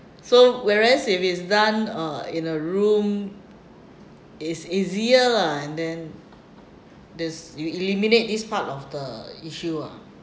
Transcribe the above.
so whereas if it's done uh in a room it's easier lah and then this you eliminate this part of the issue ah